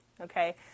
Okay